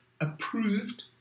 approved